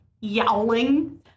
yowling